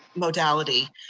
modality,